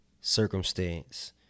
circumstance